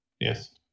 Yes